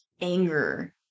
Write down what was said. anger